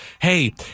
hey